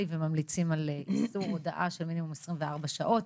וממליצים על איסור הודעה של מינימום 24 שעות.